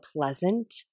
pleasant